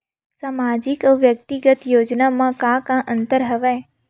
सामाजिक अउ व्यक्तिगत योजना म का का अंतर हवय?